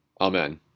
Amen